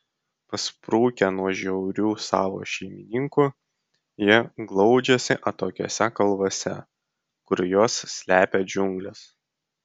pasprukę nuo žiaurių savo šeimininkų jie glaudžiasi atokiose kalvose kur juos slepia džiunglės